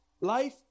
Life